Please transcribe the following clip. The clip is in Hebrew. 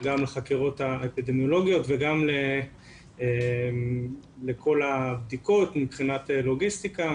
גם לחקירות האפידמיולוגיות וגם לכל הבדיקות מבחינת לוגיסטיקה.